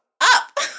up